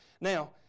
Now